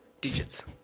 digits